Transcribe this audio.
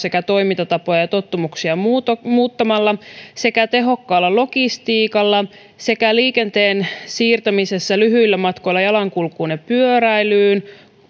toimintatapoja ja ja tottumuksia muuttamalla sekä tehokkaalla logistiikalla liikenteen siirtämisellä lyhyillä matkoilla jalankulkuun ja pyöräilyyn